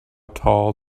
tall